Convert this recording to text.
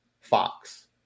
Fox